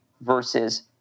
versus